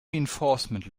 reinforcement